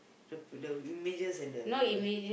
the the images and the voice